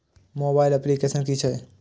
Mobile application कि छै?